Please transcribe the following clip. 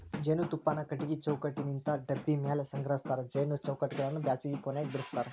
ಜೇನುತುಪ್ಪಾನ ಕಟಗಿ ಚೌಕಟ್ಟನಿಂತ ಡಬ್ಬಿ ಮ್ಯಾಲೆ ಸಂಗ್ರಹಸ್ತಾರ ಜೇನು ಚೌಕಟ್ಟಗಳನ್ನ ಬ್ಯಾಸಗಿ ಕೊನೆಗ ಬಿಡಸ್ತಾರ